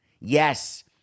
Yes